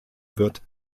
wird